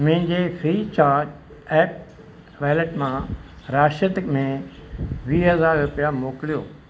मुंहिंजे Freecharge app wallet मां राशिद में वीह हज़ार रुपिया मोकिलियो